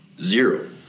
Zero